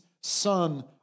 son